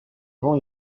vents